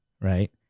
right